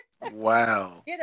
Wow